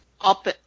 up